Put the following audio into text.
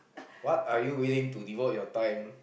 what are you willing to devote your time